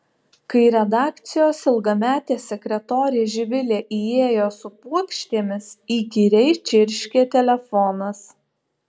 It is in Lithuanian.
kai redakcijos ilgametė sekretorė živilė įėjo su puokštėmis įkyriai čirškė telefonas